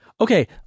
Okay